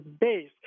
base